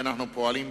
ואנחנו פועלים,